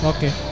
Okay